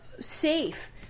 safe